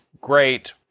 Great